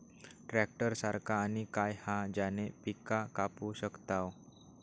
Tractor सारखा आणि काय हा ज्याने पीका कापू शकताव?